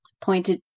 pointed